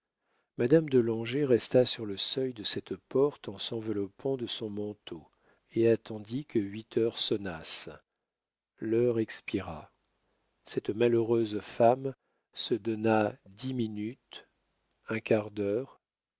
madame de langeais resta sur le seuil de cette porte en s'enveloppant de son manteau et attendit que huit heures sonnassent l'heure expira cette malheureuse femme se donna dix minutes un quart d'heure